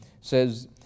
says